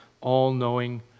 all-knowing